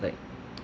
like